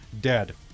dead